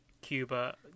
Cuba